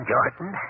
Jordan